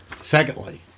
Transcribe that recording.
Secondly